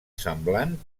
semblant